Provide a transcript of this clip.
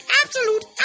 absolute